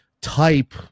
type